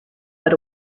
but